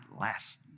last